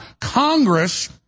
Congress